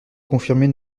confirmée